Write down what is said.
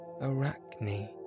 Arachne